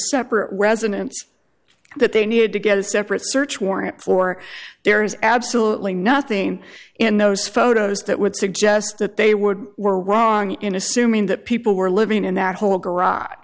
separate residence that they needed to get a separate search warrant for there is absolutely nothing in those photos that would suggest that they were were wrong in assuming that people were living in that whole garage